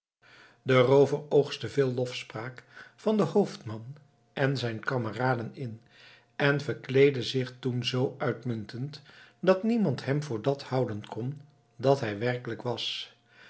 de roover oogstte veel lofspraak van den hoofdman en zijn kameraden in en verkleedde zich toen zoo uitmuntend dat niemand hem voor dàt houden kon wat hij werkelijk was